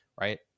right